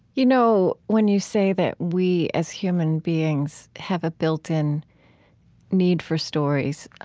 you know when you say that we, as human beings, have a built-in need for stories,